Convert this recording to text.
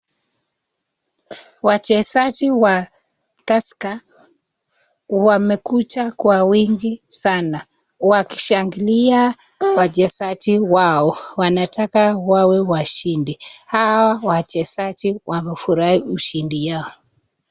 Wachezaji wa Tusker wamekuja kwa wengi sana wakishangilia wachezaji wao wanataka wawe washindi ,hawa wachezaji wamefurahia ushindi yao.